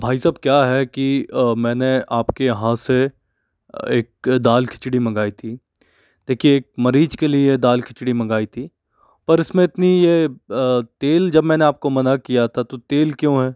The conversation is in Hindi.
भाईसाब क्या है कि मैंने आपके यहाँ से एक दाल खिचड़ी मंगाई थी देखिए एक मरीज़ के लिए ये दाल खिचड़ी मंगाई थी पर इसमें इतनी ये तेल जब मैंने आपको मना किया था तो तेल क्यों है